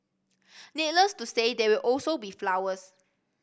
needless to say there will also be flowers